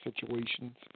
situations